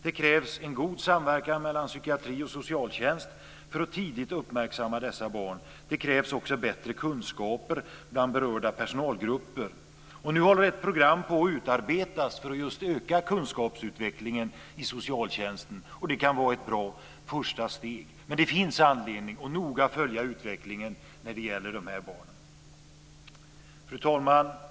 Det krävs en god samverkan mellan psykiatri och socialtjänst för att man tidigt ska kunna uppmärksamma dessa barn. Det krävs också bättre kunskaper bland berörda personalgrupper. Nu håller ett program på att utarbetas för att öka kunskapsutvecklingen i socialtjänsten. Det kan vara ett bra första steg. Men det finns anledning att noga följa utvecklingen när det gäller dessa barn. Fru talman!